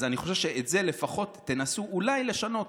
אז אני חושב שאת זה לפחות תנסו אולי לשנות,